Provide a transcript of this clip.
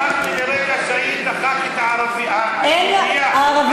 אני שכחתי לרגע, מה אתה אומר על זה?